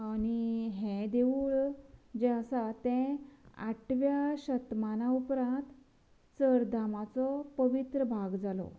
आनी हे देवूळ जे आसा तें आठव्या शेतमानां उपरांत चर धामाचो पवित्र भाग जालो